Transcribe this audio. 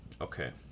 Okay